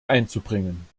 einzubringen